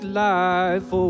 life